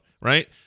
right